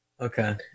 Okay